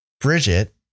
Bridget